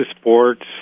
sports